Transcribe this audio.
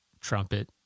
trumpet